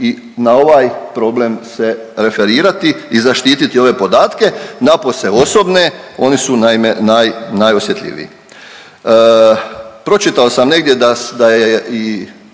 i na ovaj problem se referirati i zaštiti ove podatke, napose osobne oni su naime naj, najosjetljiviji. Pročitao sam negdje da je i